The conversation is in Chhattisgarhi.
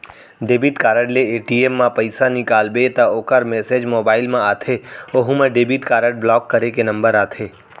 डेबिट कारड ले ए.टी.एम म पइसा निकालबे त ओकर मेसेज मोबाइल म आथे ओहू म डेबिट कारड ब्लाक करे के नंबर आथे